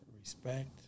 respect